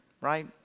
right